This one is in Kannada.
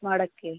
ಮಾಡೋಕ್ಕೆ